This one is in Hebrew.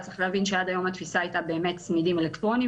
צריך להבין שעד היום התפיסה הייתה צמידים אלקטרוניים